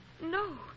No